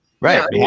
Right